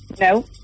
No